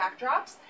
backdrops